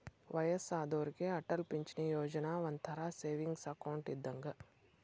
ವಯ್ಯಸ್ಸಾದೋರಿಗೆ ಅಟಲ್ ಪಿಂಚಣಿ ಯೋಜನಾ ಒಂಥರಾ ಸೇವಿಂಗ್ಸ್ ಅಕೌಂಟ್ ಇದ್ದಂಗ